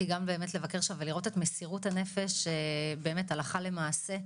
גם באמת לבקר שם ולראות את מסירות הנפש שבאמת הלכה למעשה,